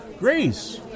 grace